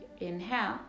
inhale